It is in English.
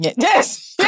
Yes